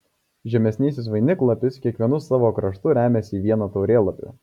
žemesnysis vainiklapis kiekvienu savo kraštu remiasi į vieną taurėlapį